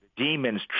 Demons